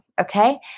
Okay